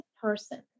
person